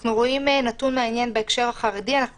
אנחנו רואים נתון מעניין בהקשר החרדי ואנחנו